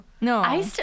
No